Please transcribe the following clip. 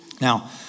Now